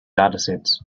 datasets